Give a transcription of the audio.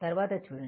తరువాత చూడండి